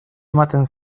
ematen